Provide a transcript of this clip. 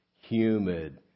humid